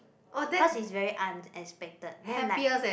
cause it's very unexpected then I'm like